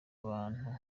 bantu